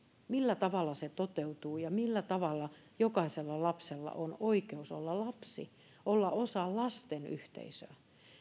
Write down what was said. millä tavalla se toteutuu ja millä tavalla jokaisella lapsella on oikeus olla lapsi olla osa lasten yhteisöä